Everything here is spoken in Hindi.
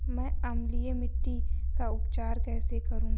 मैं अम्लीय मिट्टी का उपचार कैसे करूं?